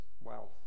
wow